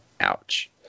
Ouch